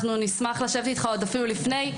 נשמח לשבת איתך אפילו עוד לפני.